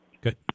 Good